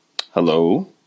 Hello